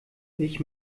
ich